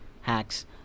hacks